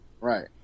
right